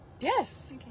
Yes